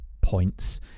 points